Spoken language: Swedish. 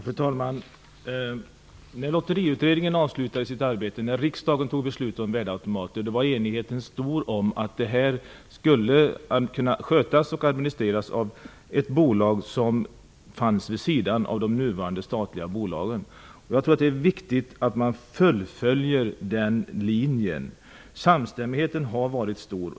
Fru talman! När Lotteriutredningen avslutade sitt arbete och när riksdagen fattade beslut om värdeautomater var enigheten stor om att detta skulle kunna skötas och administreras av ett bolag som fanns vid sidan av de nuvarande statliga bolagen. Jag tror att det är viktigt att vi fullföljer den linjen. Samstämmigheten har varit stor.